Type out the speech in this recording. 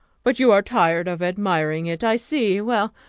but you are tired of admiring it, i see. well,